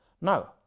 No